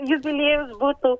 jubiliejus būtų